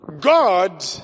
God